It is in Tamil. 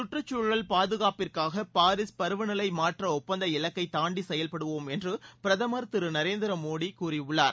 கற்றுகுழல் பாதுகாப்பிற்காக பாரீஸ் பருவ நிலை மாற்ற ஒப்பந்த இலக்கையும் தாண்டி செயல்படுவோம் என்று பிரதமர் திரு நநேரந்திர மோடி கூறியுள்ளார்